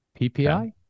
PPI